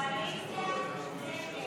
ההסתייגות לא התקבלה.